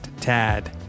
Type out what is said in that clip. Tad